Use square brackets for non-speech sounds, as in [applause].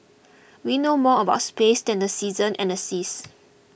[noise] we know more about space than the seasons and seas